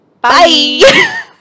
Bye